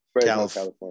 California